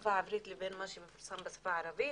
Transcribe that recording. בשפה העברית לבין מה שמפורסם בשפה הערבית